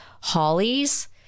hollies